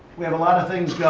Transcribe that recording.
we have a lot of things yeah